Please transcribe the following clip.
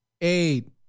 eight